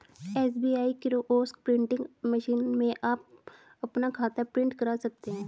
SBI kiosk printing machine में आप अपना खाता प्रिंट करा सकते हैं